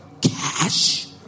cash